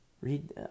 Read